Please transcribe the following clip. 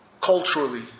culturally